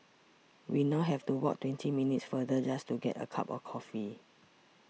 we now have to walk twenty minutes farther just to get a cup of coffee